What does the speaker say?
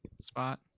spot